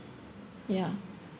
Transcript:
yeah